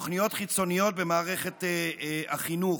תוכניות חיצוניות במערכת החינוך,